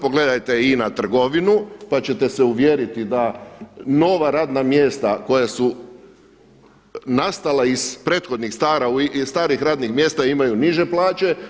Pogledajte INA trgovinu pa ćete se uvjeriti da nova radna mjesta koja su nastala iz prethodnih starih radnih mjesta imaju niže plaće.